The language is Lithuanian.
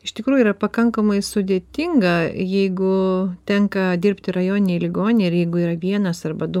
iš tikrųjų yra pakankamai sudėtinga jeigu tenka dirbti rajoninėj ligoninėj ir jeigu yra vienas arba du